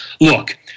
Look